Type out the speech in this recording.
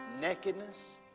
nakedness